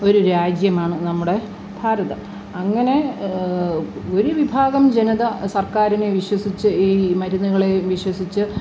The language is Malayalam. ഒരു രാജ്യമാണ് നമ്മുടെ ഭാരതം അങ്ങനെ ഒരു വിഭാഗം ജനത സർക്കാരിനെ വിശ്വസിച്ച് ഈ മരുന്നുകളെ വിശ്വസിച്ച്